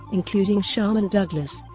including sharman douglas,